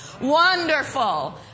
Wonderful